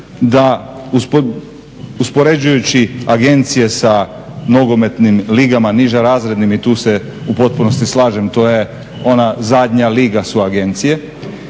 da uspoređujući agencije sa nogometnim ligama nižerazrednim i tu se u potpunosti slažem to je ona zadnja liga su agencije,